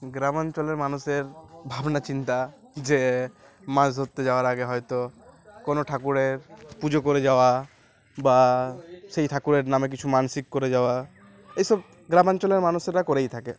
গ্রামাঞ্চলের মানুষের ভাবনা চিন্তা যে মাছ ধরতে যাওয়ার আগে হয়তো কোনো ঠাকুরের পুজো করে যাওয়া বা সেই ঠাকুরের নামে কিছু মানসিক করে যাওয়া এইসব গ্রামাঞ্চলের মানুষেরা করেই থাকে